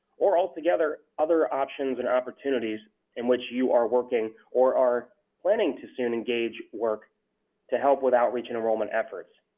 or altogether other options and opportunities in which you are working or are planning to soon engage work to help with outreach and enrollment efforts.